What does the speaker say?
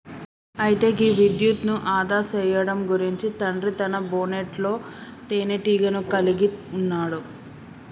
అయితే గీ విద్యుత్ను ఆదా సేయడం గురించి తండ్రి తన బోనెట్లో తీనేటీగను కలిగి ఉన్నాడు